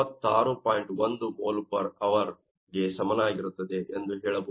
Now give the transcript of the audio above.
1 molh ಗೆ ಸಮನಾಗಿರುತ್ತದೆ ಎಂದು ಹೇಳಬಹುದು